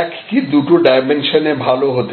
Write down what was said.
এক কি দুটি ডায়মনসনে ভালো হতে পারে